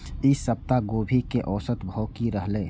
ई सप्ताह गोभी के औसत भाव की रहले?